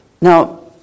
Now